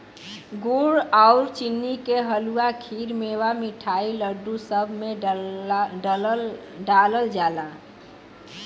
गुड़ आउर चीनी के हलुआ, खीर, मेवा, मिठाई, लड्डू, सब में डालल जाला